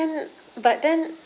and but then